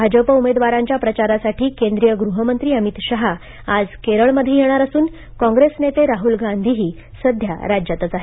भाजप उमेदवारांच्या प्रचारासाठी केंद्रीय गृहमंत्री अमित शहा आज केरळमध्ये येणार असून कॉंग्रेस नेते राहूल गांधीही सध्या राज्यातच आहेत